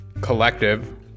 collective